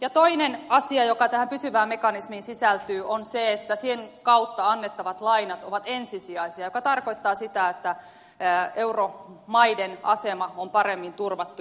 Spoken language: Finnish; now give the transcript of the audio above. ja toinen asia joka tähän pysyvään mekanismiin sisältyy on se että sen kautta annettavat lainat ovat ensisijaisia mikä tarkoittaa sitä että euromaiden asema on paremmin turvattu